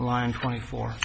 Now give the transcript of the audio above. line twenty four